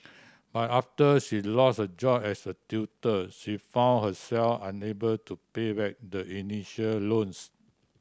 but after she lost her job as a tutor she found herself unable to pay back the initial loans